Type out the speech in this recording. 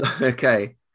Okay